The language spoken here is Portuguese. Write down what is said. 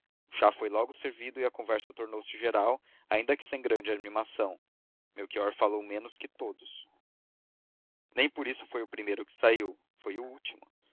chá foi logo servido e a conversa tornou-se geral ainda que sem grande animação melchior falou menos que todos nem por isso foi o primeiro que saiu foi o último